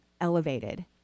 elevated